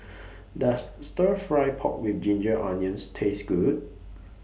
Does Stir Fry Pork with Ginger Onions Taste Good